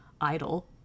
Idol